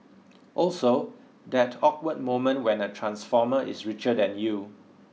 also that awkward moment when a transformer is richer than you